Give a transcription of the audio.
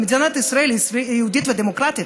במדינת ישראל היהודית והדמוקרטית,